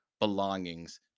belongings